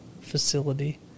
facility